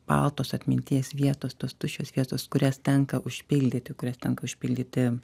baltos atminties vietos tos tuščios vietos kurias tenka užpildyti kurias tenka užpildyti